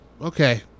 Okay